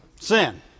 Sin